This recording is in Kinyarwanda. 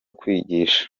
kwigisha